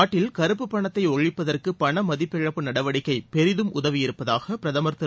நாட்டில் கறுப்பு பணத்தை ஒழிப்பதற்கு பண மதிப்பிழப்பு நடவடிக்கை பெரிதும் உதவியிருப்பதாக பிரதமர் திரு